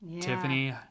Tiffany